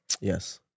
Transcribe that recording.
Yes